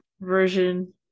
version